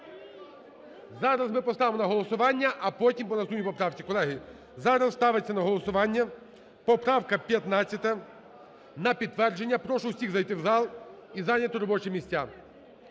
зараз ми поставимо на голосування, а потім по наступній поправці, колеги. Зараз ставиться на голосування поправка 15 на підтвердження, прошу всіх зайти в зал і зайняти робочі місця.